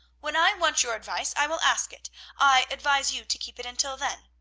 when i want your advice i will ask it i advise you to keep it until then.